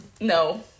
No